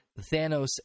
Thanos